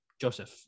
Joseph